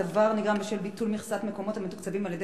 הדבר נגרם בשל ביטול מכסת המקומות המתוקצבים על-ידי